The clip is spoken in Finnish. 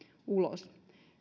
ulos